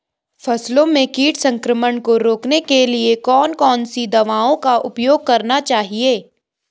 फसलों में कीट संक्रमण को रोकने के लिए कौन कौन सी दवाओं का उपयोग करना चाहिए?